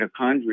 mitochondria